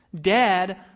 Dad